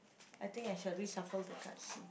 I think I shall reshuffle the cards